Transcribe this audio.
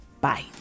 Bye